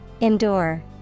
Endure